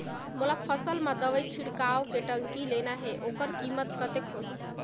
मोला फसल मां दवाई छिड़काव के टंकी लेना हे ओकर कीमत कतेक होही?